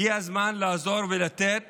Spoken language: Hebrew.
הגיע הזמן לעזור ולתת